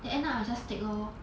then end up I just take lor